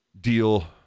deal